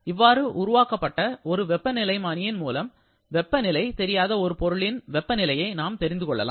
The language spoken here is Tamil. இவ்வாறு உருவாக்கப்பட்ட ஒரு வெப்பநிலைமானி யின் மூலம் வெப்பநிலை தெரியாத ஒரு பொருளின் வெப்பநிலையை தெரிந்துகொள்ளலாம்